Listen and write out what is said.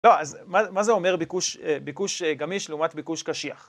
לא, אז מה זה אומר ביקוש גמיש לעומת ביקוש קשיח?